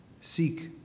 seek